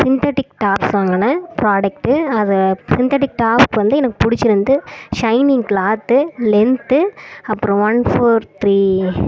synthetic tops வாங்கினேன் product அது synthetic tops வந்து எனக்கு பிடிச்சிருந்து ஷைனிங் க்ளாத்து லென்த்து அப்புறம் ஒன் ஃபோர் த்ரீ